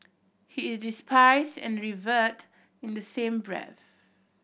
he is despised and revered in the same breath